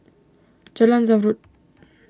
Jalan Zamrud